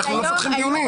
אנחנו לא מפתחים דיונים.